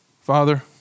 Father